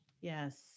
Yes